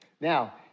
Now